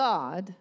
God